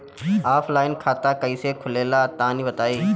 Offline खाता कइसे खुलेला तनि बताईं?